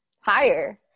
higher